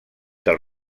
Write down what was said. del